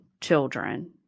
children